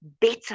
better